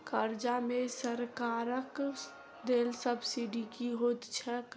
कर्जा मे सरकारक देल सब्सिडी की होइत छैक?